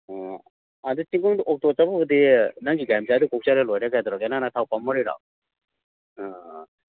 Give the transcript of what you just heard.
ꯑꯣ ꯑꯗꯨ ꯆꯤꯡꯈꯣꯡꯕ ꯑꯣꯛꯇꯣ ꯆꯪꯕꯕꯨꯗꯤ ꯅꯪꯒꯤ ꯒꯥꯔꯤ ꯃꯆꯥꯗ ꯀꯣꯛ ꯆꯠꯂ ꯂꯣꯏꯔꯦ ꯀꯩꯗꯧꯔꯒꯦ ꯅꯪꯅ ꯊꯥꯎ ꯄꯥꯝꯃꯨꯔꯤꯔꯣ ꯑ